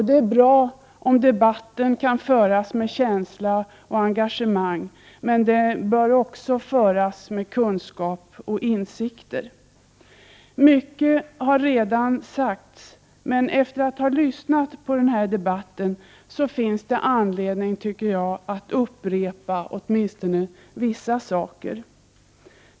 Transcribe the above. Det är bra om debatten kan föras med känsla och engagemang, men den bör också föras med kunskaper och insikter. Mycket har redan sagts, men efter att ha lyssnat på debatten finner jag anledning att upprepa åtminstone vissa saker.